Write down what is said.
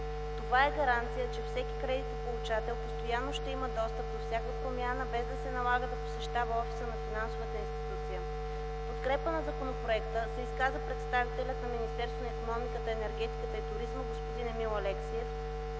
Това е гаранция, че всеки кредитополучател постоянно ще има достъп до всяка промяна без да се налага да посещава офиса на финансовата институция. В подкрепа на законопроекта се изказа представителят на Министерство на икономиката, енергетиката и туризма господин Емил Алексиев,